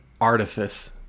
artifice